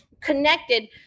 connected